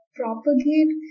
propagate